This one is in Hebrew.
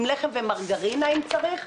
עם לחם ומרגרינה אם צריך,